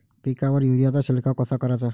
पिकावर युरीया चा शिडकाव कसा कराचा?